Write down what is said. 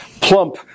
plump